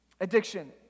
Addiction